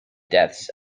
deaths